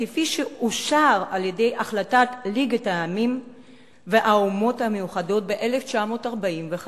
כפי שאושרה על-ידי החלטת ליגת העמים והאומות המאוחדת ב-1947,